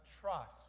trust